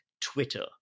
Twitter